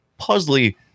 puzzly